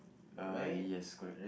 uh yes correct